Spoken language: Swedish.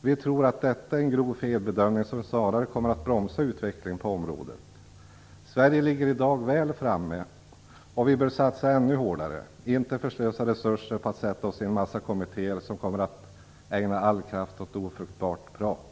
Vi tror att detta är en grov felbedömning, som snarare kommer att bromsa utvecklingen på området. Sverige ligger i dag väl framme, och vi bör satsa ännu hårdare - inte förslösa resurser på att sätta oss i en massa kommittéer, som kommer att ägna all sin kraft åt ofruktbart prat.